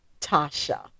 tasha